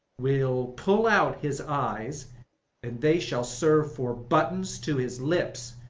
we'll pull out his eyes and they shall serve for buttons to his lips,